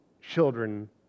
children